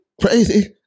Crazy